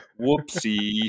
whoopsie